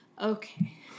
Okay